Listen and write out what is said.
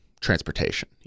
transportation